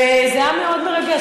וזה היה מאוד מרגש.